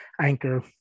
anchor